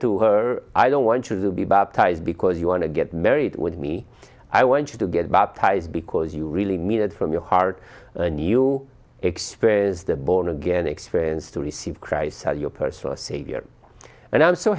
to her i don't want you to be baptized because you want to get married with me i want you to get baptized because you really mean it from your heart and you experience the born again experience to receive christ how your personal savior and i'm so